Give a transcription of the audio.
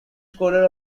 scholar